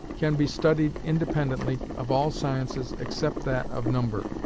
can be studied independently of all sciences except that of number.